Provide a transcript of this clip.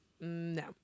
No